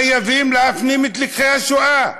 חייבים להפנים את לקחי השואה.